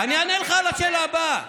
אני אענה לך על השאלה הבאה.